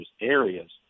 areas